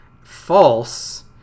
false